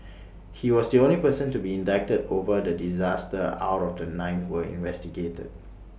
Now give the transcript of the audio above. he was the only person to be indicted over the disaster out of the nine were investigated